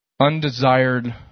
undesired